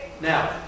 Now